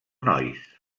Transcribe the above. nois